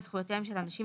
בדיוק.